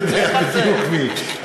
אתה יודע בדיוק מי.